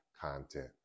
content